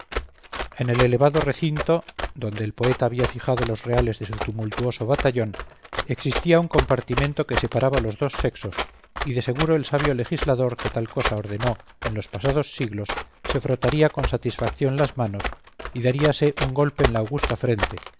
en el elevado recinto donde el poeta había fijado los reales de su tumultuoso batallón existía un compartimiento que separaba los dos sexos y de seguro el sabio legislador que tal cosa ordenó en los pasados siglos se frotaría con satisfacción las manos y daríase un golpe en la augusta frente